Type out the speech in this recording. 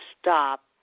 stop